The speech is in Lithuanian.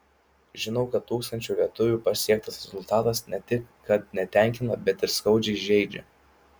žinau kad tūkstančių lietuvių pasiektas rezultatas ne tik kad netenkina bet ir skaudžiai žeidžia